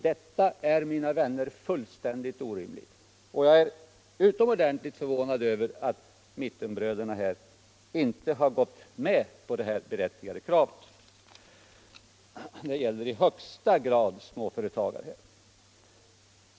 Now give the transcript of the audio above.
Detta är, mina vänner, fullständigt orimligt, och jag är utomordentligt förvånad över att mittenbröderna inte har gått med på vårt berättigade krav på en ändring. Det gäller i högsta grad småföretagare.